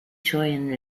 scheuen